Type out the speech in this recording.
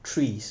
trees